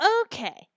Okay